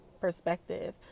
perspective